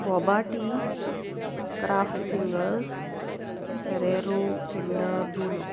boba tea Kraft Singles Ferrero Kinder बुनो